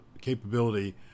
capability